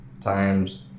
times